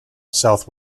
south